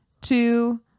two